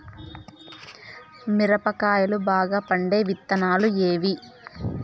మిరప కాయలు బాగా పండే విత్తనాలు ఏవి